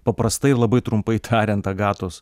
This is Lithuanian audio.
paprastai labai trumpai tariant agatos